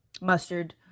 Mustard